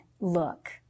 look